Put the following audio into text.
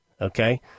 okay